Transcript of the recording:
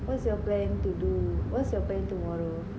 what's your plan to do what's your plan tomorrow